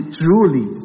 truly